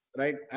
right